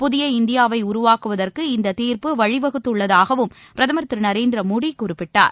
புதிய இந்தியாவை உருவாக்குவதற்கு இந்த தீர்ப்பு வழிவகுத்துள்ளதாகவும் பிரதமர் திரு நரேந்திர மோடி குறிப்பிட்டார்